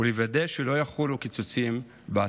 ולוודא שלא יחולו קיצוצים בעתיד.